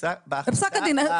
בפסק הדין.